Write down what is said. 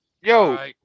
Yo